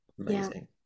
Amazing